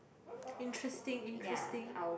interesting interesting